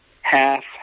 half